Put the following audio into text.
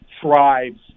thrives